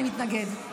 אני מתנגד.